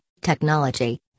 technology